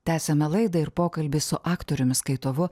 tęsiame laidą ir pokalbį su aktoriumi skaitovu